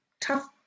tough